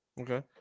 Okay